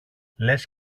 λες